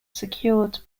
secured